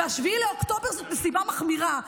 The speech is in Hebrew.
ו-7 באוקטובר זאת נסיבה מחמירה,